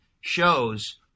shows